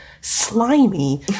slimy